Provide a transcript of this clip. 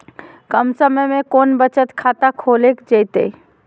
कम समय में कौन बचत खाता खोले जयते?